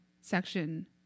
section